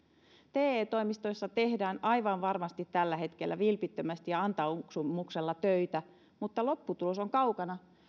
te toimistoissa tehdään aivan varmasti tällä hetkellä vilpittömästi ja antaumuksella töitä mutta lopputulos on kaukana